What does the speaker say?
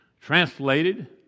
Translated